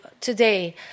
today